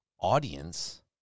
audience